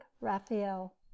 Raphael